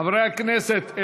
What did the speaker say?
חברי הכנסת.